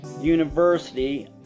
University